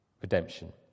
redemption